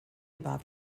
about